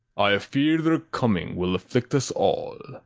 i fear their coming will afflict us all.